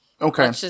Okay